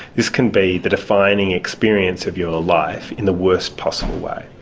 this can be the defining experience of your life in the worst possible way.